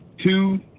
two